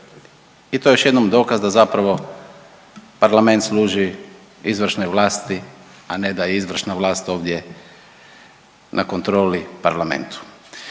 i to je još jednom dokaz da zapravo parlament služi izvršnoj vlasti, a ne da je izvršna vlast ovdje na kontroli parlamentu.